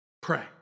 pray